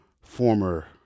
former